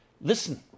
listen